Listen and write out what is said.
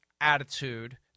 attitude